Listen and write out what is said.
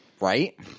right